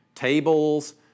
Tables